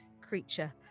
creature